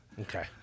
okay